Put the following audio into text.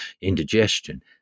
indigestion